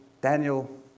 Daniel